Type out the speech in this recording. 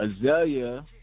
Azalea